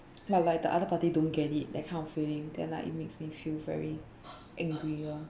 but like the other party don't get it that kind of feeling then like it makes me feel very angry lor